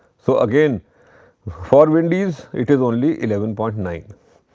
so, again for wendy's it is only eleven point nine,